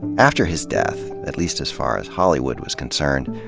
after his death, at least as far as hollywood was concerned,